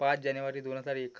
पाच जानेवारी दोन हजार एक